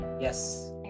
Yes